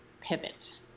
pivot